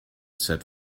set